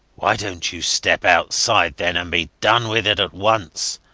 why dont you step outside, then, and be done with it at once?